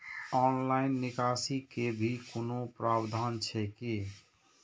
Online निकासी के भी कोनो प्रावधान छै की?